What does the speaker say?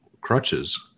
crutches